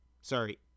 Sorry